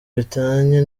bitaniye